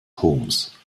holmes